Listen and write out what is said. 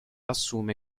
assume